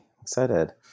Excited